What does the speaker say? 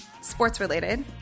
sports-related